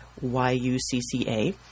Y-U-C-C-A